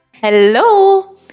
hello